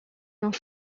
dans